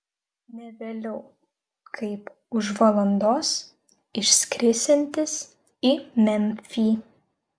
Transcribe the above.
ne vėliau kaip už valandos išskrisiantis į memfį